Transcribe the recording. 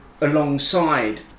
alongside